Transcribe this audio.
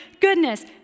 goodness